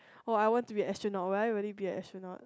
!wah! I want to be astronaut will I really be an astronaut